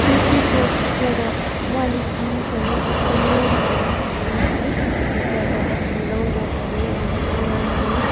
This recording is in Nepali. कुर्तीको प्रडक्ट क्वालिटी पनि एकदमै राम्रो थियो है जो चाहिँ अब आफूले लगाउँदा पनि एकदमै राम्रो